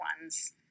ones